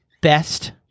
Best